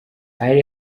hari